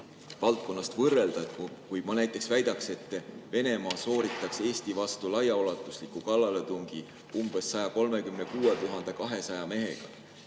valdkonnast võrdluse tuua. Ma näiteks väidan, et Venemaa sooritab Eesti vastu laiaulatusliku kallaletungi umbes 136 200 mehega.